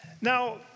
Now